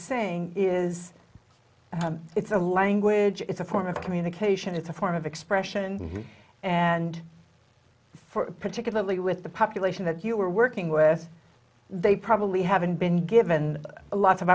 saying is it's a language it's a form of communication it's a form of expression and particularly with the population that you're working with they probably haven't been given a lot of